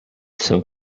some